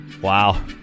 Wow